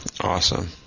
Awesome